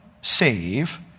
save